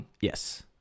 Yes